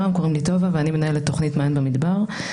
טובה, אני מנהלת תוכנית "מעיין במדבר").